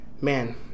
Man